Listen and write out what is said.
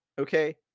Okay